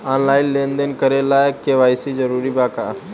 Online लेन देन करे ला के.वाइ.सी जरूरी बा का?